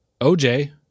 OJ